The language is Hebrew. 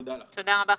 תודה לך.